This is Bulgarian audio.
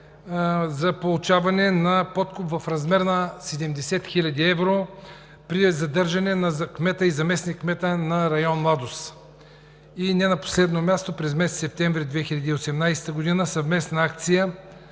за получаване на подкуп в размер на 70 хил. евро при задържане на кмета и заместник-кмета на район „Младост“, и не на последно място, през месец септември 2018 г. съвместна акция